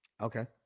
Okay